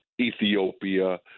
Ethiopia